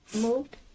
moved